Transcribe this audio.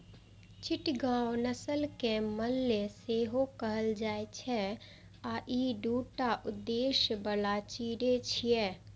चिटगांव नस्ल कें मलय सेहो कहल जाइ छै आ ई दूटा उद्देश्य बला चिड़ै छियै